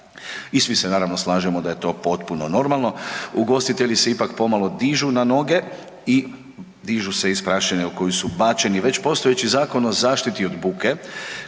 i svi se naravno slažemo da je to potpuno normalno, ugostitelji se ipak pomalo dižu na noge i dižu se iz prašine u koju su bačeni. Već postojeći Zakon o zaštiti od buke